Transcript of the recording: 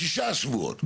שישה שבועות.